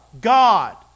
God